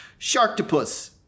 Sharktopus